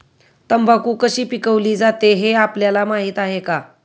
तंबाखू कशी पिकवली जाते हे आपल्याला माहीत आहे का?